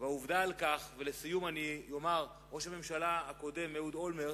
לסיום אני אומר שראש הממשלה הקודם, אהוד אולמרט,